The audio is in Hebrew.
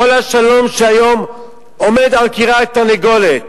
כל השלום שהיום עומד על כרעי תרנגולת?